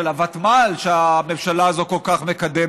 של הוותמ"ל שהממשלה הזאת כל כך מקדמת,